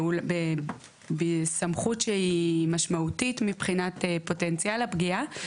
ובסמכות שהיא משמעותית מבחינת פוטנציאל הפגיעה,